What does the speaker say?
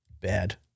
bad